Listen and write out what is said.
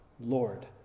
Lord